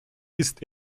ist